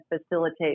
facilitate